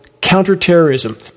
Counterterrorism